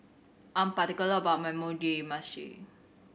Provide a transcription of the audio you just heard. I am particular about my Mugi Meshi